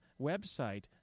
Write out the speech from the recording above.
website